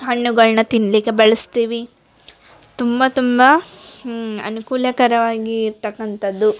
ಹಣ್ಣುಗಳನ್ನ ತಿನ್ನಲಿಕ್ಕೆ ಬಳಸ್ತೀವಿ ತುಂಬ ತುಂಬ ಅನುಕೂಲಕರವಾಗಿ ಇರತಕ್ಕಂಥದ್ದು